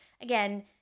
again